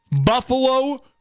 Buffalo